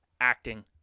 acting